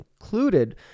included